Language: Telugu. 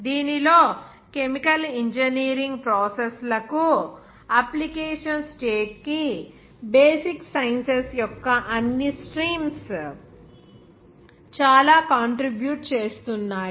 దీనిలో కెమికల్ ఇంజనీరింగ్ ప్రాసెస్ లకు అప్లికేషన్ స్టేట్ కి బేసిక్ సైన్సెస్ యొక్క అన్ని స్ట్రీమ్స్ చాలా కాంట్రిబ్యూట్ చేస్తున్నాయి